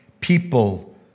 people